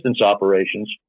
operations